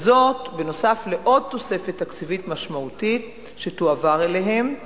וזאת נוסף על עוד תוספת תקציבית משמעותית שתועבר אליהם.